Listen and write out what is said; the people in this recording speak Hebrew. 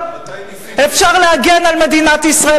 אפשר להגן על מדינת ישראל,